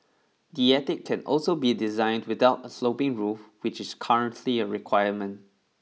the attic can also be designed without a sloping roof which is currently a requirement